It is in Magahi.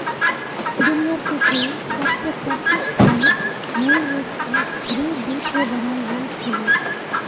दुनियार कुछु सबस प्रसिद्ध पनीर मूल रूप स भेरेर दूध स बनाल गेल छिले